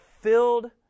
filled